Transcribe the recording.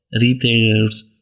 retailers